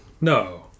No